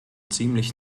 ziemlich